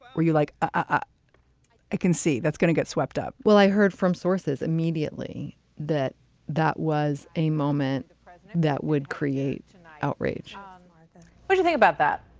were you like, ah i can see that's going to get swept up? well, i heard from sources immediately that that was a moment that would create outrage um like would you think about that?